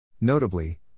Notably